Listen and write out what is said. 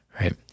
right